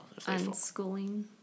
unschooling